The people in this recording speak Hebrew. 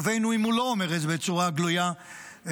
ובין שהוא לא אומר את זה בצורה גלויה בעברית,